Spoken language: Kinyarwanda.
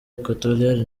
equatoriale